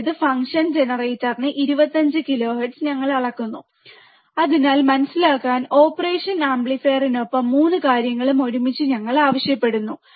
അതായത് ഫംഗ്ഷൻ ജനറേറ്ററിന് 25 കിലോഹെർട്സ് ഞങ്ങൾ അളക്കുന്നു അതിനാൽ മനസിലാക്കാൻ ഓപ്പറേഷൻ ആംപ്ലിഫയറിനൊപ്പം 3 കാര്യങ്ങളും ഒരുമിച്ച് ഞങ്ങൾ ആവശ്യപ്പെടുന്നു